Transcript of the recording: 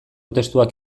testuak